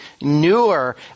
newer